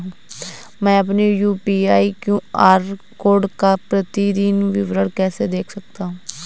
मैं अपनी UPI QR code का प्रतीदीन विवरण कैसे देख सकता हूँ?